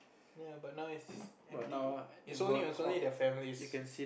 ya but now it's empty it's only it's only the families